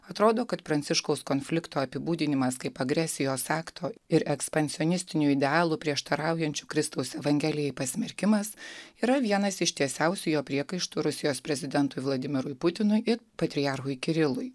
atrodo kad pranciškaus konflikto apibūdinimas kaip agresijos akto ir ekspansionistinių idealų prieštaraujančių kristaus evangelijai pasmerkimas yra vienas iš tiesiausių jo priekaištų rusijos prezidentui vladimirui putinui ir patriarchui kirilui